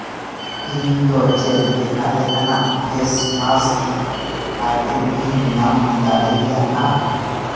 ᱤᱧᱫᱚ ᱪᱮᱫ ᱮᱴᱟᱜ ᱞᱮᱠᱟᱱᱟᱜ ᱯᱷᱮᱥ ᱢᱟᱥᱠ ᱟᱭᱴᱮᱢ ᱤᱧ ᱧᱟᱢ ᱫᱟᱲᱮᱭᱟᱜᱼᱟ